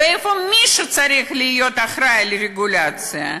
ואיפה מי שצריך להיות אחראי לרגולציה?